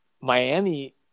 Miami